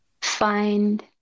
find